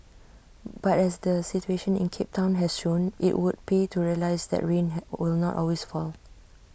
but as the situation in cape Town has shown IT would pay to realise that rain had will not always fall